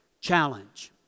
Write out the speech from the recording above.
challenge